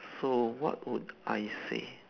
so what would I say